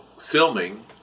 filming